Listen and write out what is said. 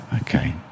okay